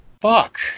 fuck